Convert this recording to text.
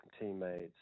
teammates